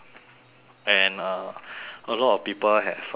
and uh a lot of people have uh